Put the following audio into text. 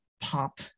pop